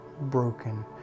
broken